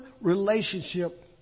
relationship